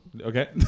okay